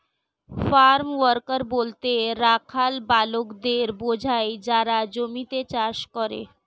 farm worker বলতে রাখাল বালকদের বোঝায় যারা জমিতে চাষ করে